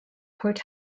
port